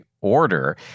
order